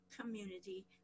community